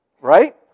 Right